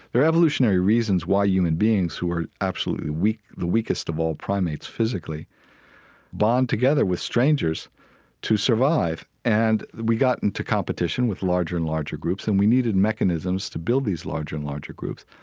there are evolutionary reasons why human beings who are absolutely the weakest of all primates physically bond together with strangers to survive. and we got into competition with larger and larger groups and we needed mechanisms to build these larger and larger groups,